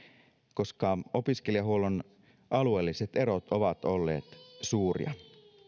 koska opiskelijahuollon alueelliset erot ovat olleet suuria